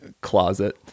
Closet